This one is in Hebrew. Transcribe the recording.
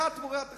אחד תמורת אחד.